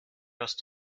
hörst